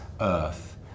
earth